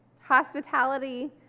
Hospitality